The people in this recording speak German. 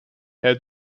herr